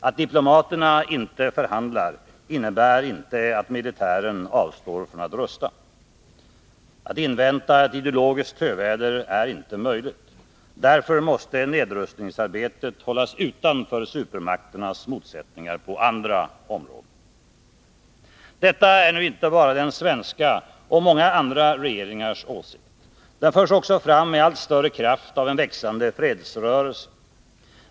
Att diplomaterna inte förhandlar innebär inte att militären avstår från att rusta. Att invänta ett ideologiskt töväder är inte möjligt. Därför måste nedrustningsarbetet hållas utanför supermakternas motsättningar på andra områden. Detta är inte bara den svenska och många andra regeringars åsikt. Den förs också fram med allt större kraft av en växande fredsrörelse.